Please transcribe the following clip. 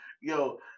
yo